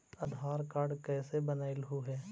आधार card कईसे बनैलहु हे?